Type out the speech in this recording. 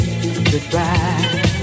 Goodbye